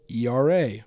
ERA